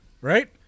right